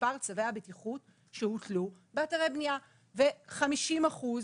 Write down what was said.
במספר צווי הבטיחות שהוטלו באתרי בנייה ו-50 אחוז